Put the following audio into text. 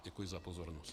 Děkuji za pozornost.